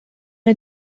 est